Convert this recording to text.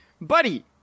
buddy